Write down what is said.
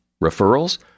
Referrals